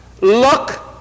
Look